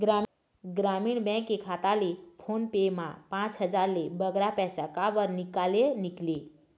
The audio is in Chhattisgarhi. ग्रामीण बैंक के खाता ले फोन पे मा पांच हजार ले बगरा पैसा काबर निकाले निकले?